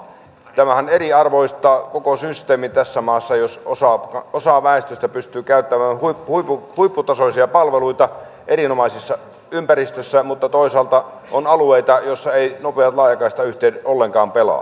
tämähän eriarvoistaa koko systeemin tässä maassa jos osa väestöstä pystyy käyttämään huipputasoisia palveluita erinomaisessa ympäristössä mutta toisaalta on alueita joilla eivät nopeat laajakaistayhteydet ollenkaan pelaa